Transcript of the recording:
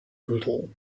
brutal